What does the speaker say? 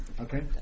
Okay